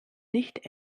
nicht